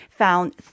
found